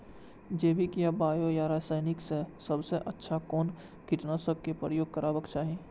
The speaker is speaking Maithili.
जैविक या बायो या रासायनिक में सबसँ अच्छा कोन कीटनाशक क प्रयोग करबाक चाही?